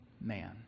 man